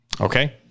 Okay